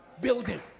building